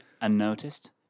unnoticed